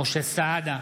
משה סעדה,